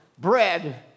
bread